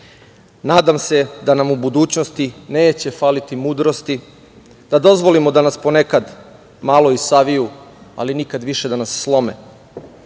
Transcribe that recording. Nadam se da nam u budućnosti neće faliti mudrosti, da dozvolimo da nas ponekad malo i saviju, ali da nas nikad više da nas slome.